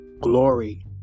glory